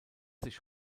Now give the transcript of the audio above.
sich